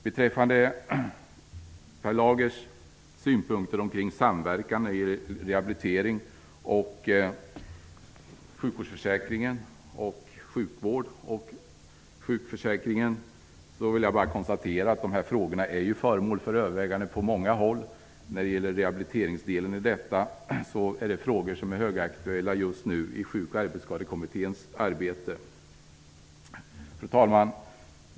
Beträffande Per Lagers synpunkter på samverkan mellan rehabilitering och sjukvårdsförsäkring och mellan sjukvård och sjukförsäkring vill jag bara konstatera att dessa frågor är föremål för överväganden på många håll. När det gäller rehabiliteringsdelen är detta frågor som är högaktuella just nu i Sjuk och arbetsskadekommitténs arbete. Fru talman!